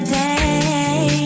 day